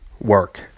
work